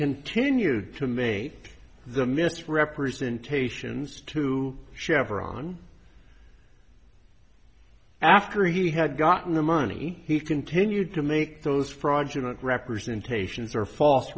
continued to me the misrepresentations to chevron after he had gotten the money he continued to make those fraudulent representations are false